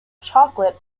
chocolate